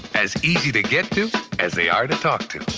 as easy to get to as they are to talk to.